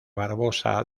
barbosa